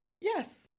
Yes